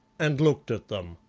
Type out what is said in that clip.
and looked at them.